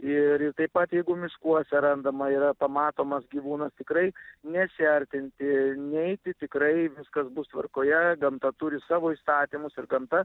ir ir taip pat jeigu miškuose randama yra pamatomas gyvūnas tikrai nesiartinti neiti tikrai viskas bus tvarkoje gamta turi savo įstatymus ir gamta